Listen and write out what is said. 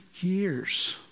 years